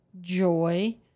joy